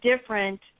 different